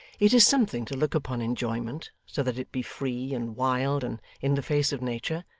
it is something to look upon enjoyment, so that it be free and wild and in the face of nature,